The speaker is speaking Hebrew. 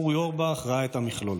אורי אורבך ראה את המכלול.